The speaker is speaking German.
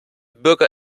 bürger